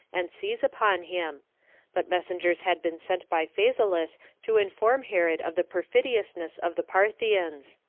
and seize upon him but messengers had been sent by phasaelus to inform herod of the perfidiousness of the parthians.